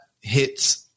hits